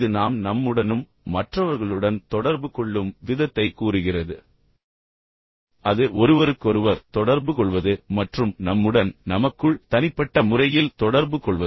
இது நாம் மற்றவர்களுடன் தொடர்பு கொள்ளும் விதத்தையும் மற்றவர்களுடன் நாம் தொடர்பு கொள்ளும் விதத்தையும் கூறுகிறது அது ஒருவருக்கொருவர் தொடர்புகொள்வது மற்றும் நம்முடன் நமக்குள் தனிப்பட்ட முறையில் தொடர்பு கொள்வது